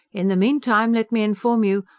in the meantime, let me inform you,